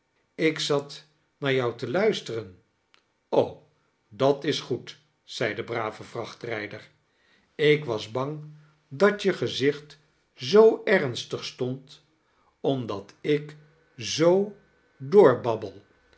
ik zat naar jou te luisteren dat is goed zei de brave vrachttijder ik was bang dat je gezicht zoo ernstig sto-nd omdat ik zoo kerstvertellingen door